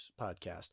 podcast